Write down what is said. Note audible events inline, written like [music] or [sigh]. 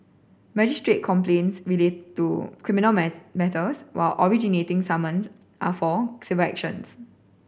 magistrate complaints relate to criminal [unintelligible] matters while originating summons are for civil actions